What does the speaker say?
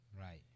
Right